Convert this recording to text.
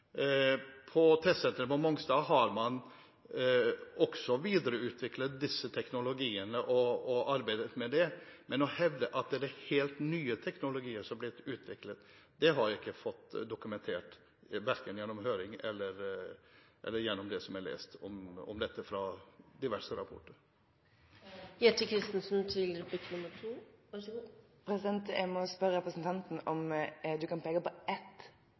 På testsenteret på Mongstad har man også videreutviklet disse teknologiene og arbeidet med det, men man hevder at det er helt nye teknologier som er blitt utviklet. Det har jeg ikke fått dokumentert, verken gjennom høringen eller gjennom det som jeg har lest om dette i diverse rapporter. Jeg må spørre representanten: Kan han peke på ett